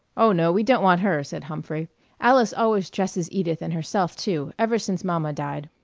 oh no, we don't want her, said humphrey alice always dresses edith and herself too, ever since mamma died.